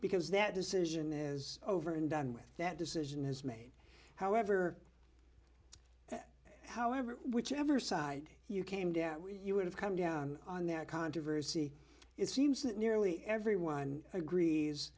because that decision is over and done with that decision is made however however whichever side you came down you would have come down on that controversy it seems that nearly everyone agrees